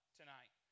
tonight